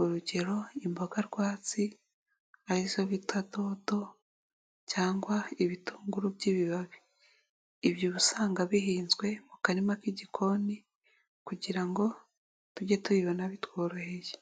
urugero imboga rwatsi arizo bita doto cyangwa ibitunguru by'ibibabi, ibyo uba usanga bihinzwe mu karima k'igikoni kugira ngo tuge tubibona bitworoheye.